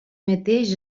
mateix